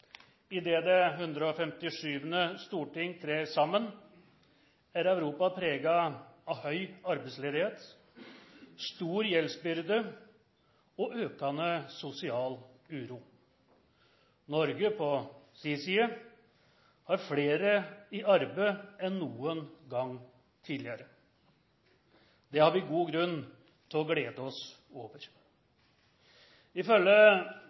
det 157. storting trer sammen, er Europa preget av høy arbeidsledighet, stor gjeldsbyrde og økende sosial uro. Norge på sin side har flere i arbeid enn noen gang tidligere. Det har vi god grunn til å glede oss over. Ifølge